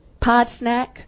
Podsnack